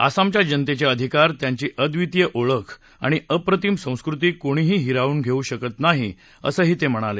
आसामच्या जनतेचे अधिकार त्यांची अद्वितीय ओळख आणि अप्रतिम संस्कृती कोणीही हिरावून घेऊ शकत नाही असंही ते म्हणाले